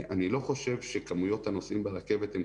אני לא חושב שכמויות הנוסעים ברכבת הן